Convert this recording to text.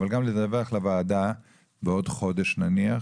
אבל גם לדווח לוועדה בעוד חודש נניח